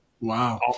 Wow